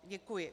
Děkuji.